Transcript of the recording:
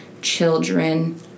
children